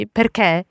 perché